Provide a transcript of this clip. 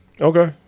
Okay